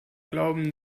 glauben